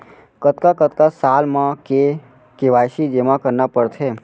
कतका कतका साल म के के.वाई.सी जेमा करना पड़थे?